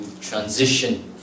transition